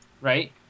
Right